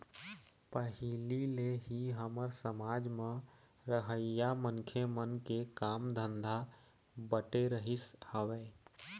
पहिली ले ही हमर समाज म रहइया मनखे मन के काम धंधा बटे रहिस हवय